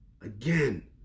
again